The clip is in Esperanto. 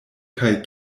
kaj